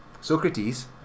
Socrates